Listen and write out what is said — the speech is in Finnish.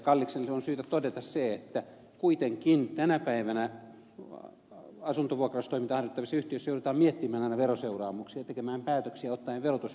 kallikselle on syytä todeta se että kuitenkin tänä päivänä asuntovuokraustoimintaa harjoittavissa yhtiöissä joudutaan aina miettimään veroseuraamuksia ja tekemään päätöksiä myöskin verotus huomioon ottaen